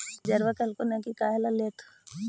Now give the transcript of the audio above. मैनेजरवा कहलको कि काहेला लेथ हहो?